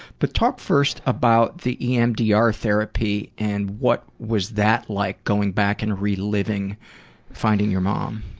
but talk first about the emdr therapy and what was that like, going back and re-living finding your mom?